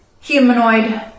humanoid